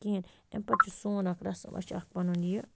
کِہیٖنۍ اَمہِ پتہٕ چھِ سون اَکھ رَسٕم اَسہِ چھِ اَکھ پنُن یہِ